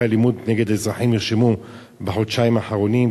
אלימות נגד אזרחים נרשמו בחודשיים האחרונים?